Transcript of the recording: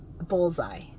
bullseye